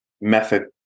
method